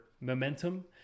momentum